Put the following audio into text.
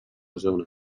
zona